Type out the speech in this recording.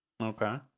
Okay